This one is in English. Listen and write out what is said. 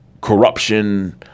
corruption